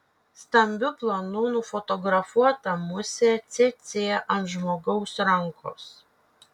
stambiu planu nufotografuota musė cėcė ant žmogaus rankos